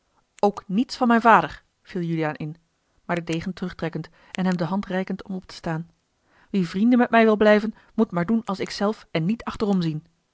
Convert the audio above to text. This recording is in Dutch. ook niets van mijn vader viel juliaan in maar den degen terugtrekkend en hem de hand reikend om op te staan wie vrienden met mij wil blijven moet maar doen als ik zelf en niet achterom zien